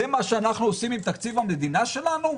זה מה שאנחנו עושים עם תקציב המדינה שלנו,